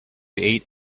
eat